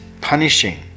punishing